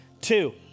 two